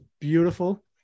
beautiful